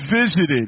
visited